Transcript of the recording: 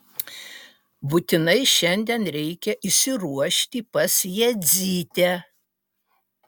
būtinai šiandien reikia išsiruošti pas jadzytę